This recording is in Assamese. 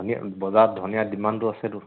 ধনীয়া বজাৰত ধনীয়া ডিমাণ্ডটো আছেতো